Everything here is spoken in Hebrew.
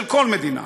של כל מדינה.